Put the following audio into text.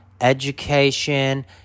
education